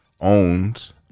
owns